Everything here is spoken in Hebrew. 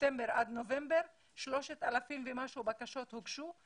ספטמבר עד נובמבר, 3,000 ומשהו בקשות הוגשו,